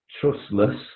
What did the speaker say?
trustless